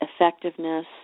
effectiveness